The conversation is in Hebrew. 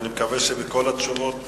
אני מקווה שכל התשובות